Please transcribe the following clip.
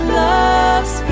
loves